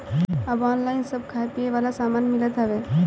अब ऑनलाइन सब खाए पिए वाला सामान मिलत हवे